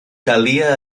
calia